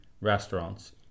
restaurants